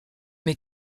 mais